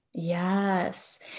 Yes